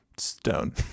stone